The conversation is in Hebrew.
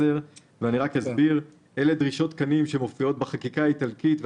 אלה דרישות תקנים שמופיעות בחקיקה האיטלקית.